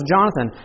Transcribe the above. Jonathan